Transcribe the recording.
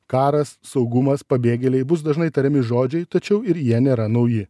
karas saugumas pabėgėliai bus dažnai tariami žodžiai tačiau ir jie nėra nauji